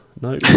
No